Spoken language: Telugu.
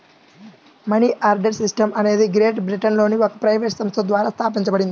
మనీ ఆర్డర్ సిస్టమ్ అనేది గ్రేట్ బ్రిటన్లోని ఒక ప్రైవేట్ సంస్థ ద్వారా స్థాపించబడింది